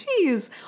Jeez